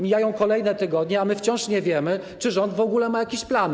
Mijają kolejne tygodnie, a my wciąż nie wiemy, czy rząd w ogóle ma jakiś plan.